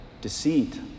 deceit